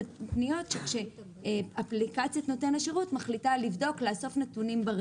אלה פניות כאשר אפליקציית נותן השירות מחליטה לבדוק ולאסוף נתונים.